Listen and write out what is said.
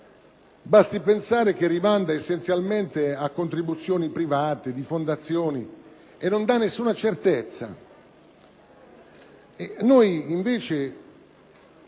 Basti pensare che rimanda essenzialmente a contribuzioni private, anche da parte di fondazioni, e non da alcuna certezza.